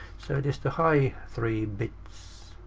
so it is the high three bits?